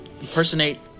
Impersonate